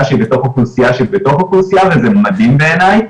שהיא בתוך אוכלוסייה שבתוך אוכלוסייה וזה מדהים בעיניי.